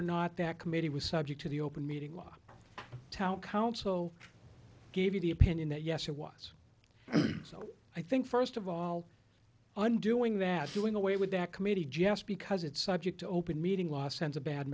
or not that committee was subject to the open meeting law town council gave you the opinion that yes it was and so i think first of all undoing that doing away with that committee just because it's subject open meeting last sends a bad